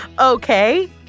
okay